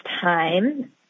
time